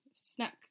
Snack